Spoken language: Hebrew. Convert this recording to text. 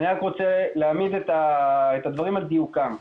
אעמיד דברים על דיוקם: